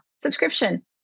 subscription